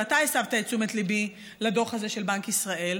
ואתה הסבת את תשומת ליבי לדוח הזה של בנק ישראל.